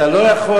אתה לא יכול,